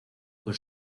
con